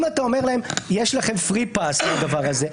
אם אתה אומר להם: יש לכם free pass לדבר הזה,